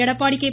Edappadi K